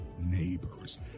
Neighbors